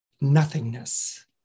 nothingness